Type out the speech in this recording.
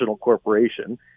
corporation